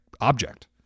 object